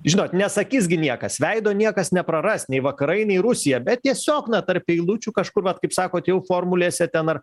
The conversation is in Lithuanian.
žinot nesakys gi niekas veido niekas nepraras nei vakarai nei rusija bet tiesiog na tarp eilučių kažkur vat kaip sakot jau formulėse ten ar